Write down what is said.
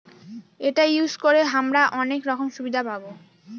এটা ইউজ করে হামরা অনেক রকম সুবিধা পাবো